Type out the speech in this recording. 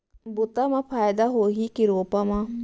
बुता म फायदा होही की रोपा म?